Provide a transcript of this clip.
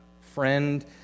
friend